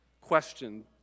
question